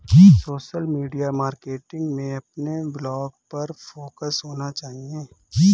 social media marketing में अपने blog पर फोकस होना चाहिए